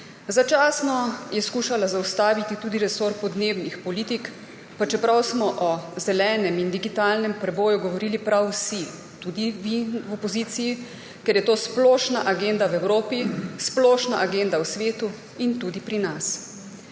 Začasno je skušala zaustaviti tudi resor podnebnih politik, pa čeprav smo o zelenem in digitalnem preboju govorili prav vsi, tudi vi v opoziciji, ker je to splošna agenda v Evropi, splošna agenda v svetu in tudi pri nas.